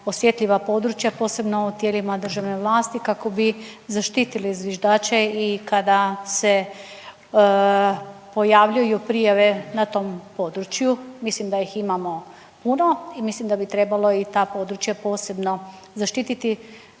osjetljiva područja, posebno u tijelima državne vlasti kako bi zaštitili zviždače i kada se pojavljuju prijave na tom području, mislim da ih imamo puno i mislim da bi trebalo i ta područja posebno zaštititi.